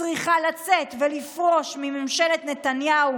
צריכה לצאת ולפרוש מממשלת נתניהו.